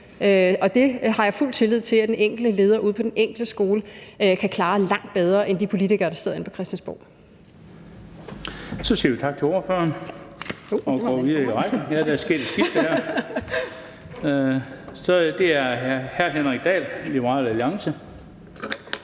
og det har jeg fuld tillid til at den enkelte leder ude på den enkelte skole kan klare langt bedre end de politikere, der sidder inde på Christiansborg. Kl. 12:58 Den fg. formand (Bent Bøgsted): Så siger vi tak til ordføreren og går videre i ordførerrækken. Det er hr. Henrik Dahl, Liberal Alliance.